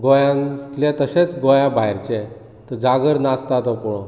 गोंयांतले तशेंच गोंया भायरचे जागर नाचता तो पळोवंक